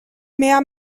mehr